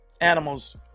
animals